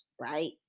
Right